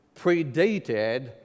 predated